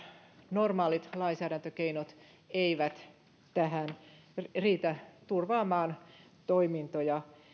normaalit lainsäädäntökeinot eivät riitä turvaamaan toimintoja